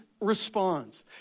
responds